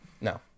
No